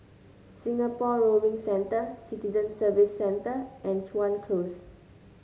Singapore Rowing Centre Citizen Services Centre and Chuan Close